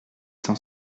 cent